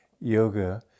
yoga